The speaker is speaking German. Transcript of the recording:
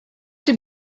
dem